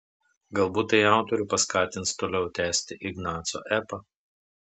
galbūt tai autorių paskatins toliau tęsti ignaco epą